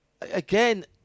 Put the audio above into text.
again